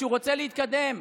שהוא רוצה להתקדם.